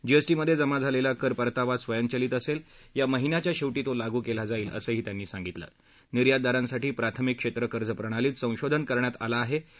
जीएसप्रिमधे जमा झालेला कर परतावा स्वयद्विलित असेल या महिन्याच्या शेवाी तो लागू केला जाईल असहीत्यातीी साशितला निर्यातदारास्त्रीठी प्राथमिक क्षेत्र कर्ज प्रणालीत सद्यांधन करण्यात आलञ्ञिहे